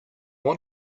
want